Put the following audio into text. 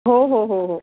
हो हो हो हो